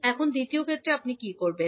এখন দ্বিতীয় ক্ষেত্রে আপনি কি করবেন